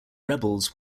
rebels